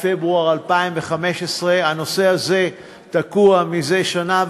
פברואר 2015. הנושא הזה תקוע זה שנה,